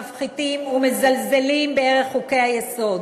מפחית ומזלזל בערך חוקי-היסוד.